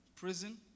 Prison